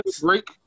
break